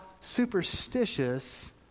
superstitious